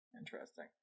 Interesting